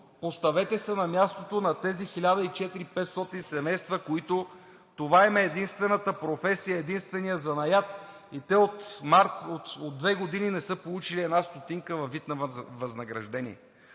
поставете се на мястото на тези 1400 – 1500 семейства, на които това им е единствената професия, единственият занаят и те от март, от две години не са получили една стотинка във вид на възнаграждение.